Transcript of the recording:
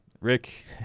Rick